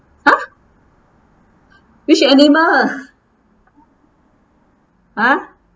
!huh! which animal !huh!